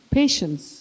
patience